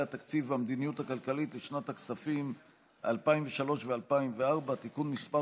התקציב והמדיניות הכלכלית לשנות הכספים 2003 ו-2004) (תיקון מס'